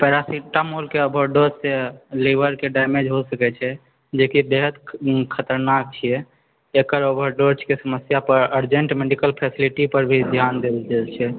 paracetamol के over dose से liver के डैमेज होइ सकै छै जे कि बेहद खतरनाक छियै एकर ओवर डोज के समस्यापर अरजेण्ट मेडिकल फैसिलिटी पर भी ध्यान देब जरूरी छै